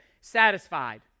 Satisfied